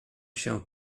się